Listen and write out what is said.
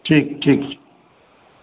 ठीक ठीक छै